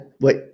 wait